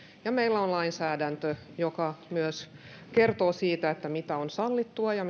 ja meillä on lainsäädäntö joka myös kertoo siitä mikä on sallittua ja